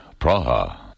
Praha